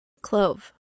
Clove